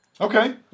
Okay